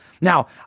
Now